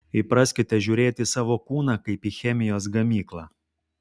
įpraskite žiūrėti į savo kūną kaip į chemijos gamyklą